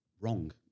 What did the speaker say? Wrong